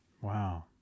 Wow